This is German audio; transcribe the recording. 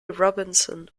robinson